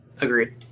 Agreed